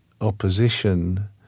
opposition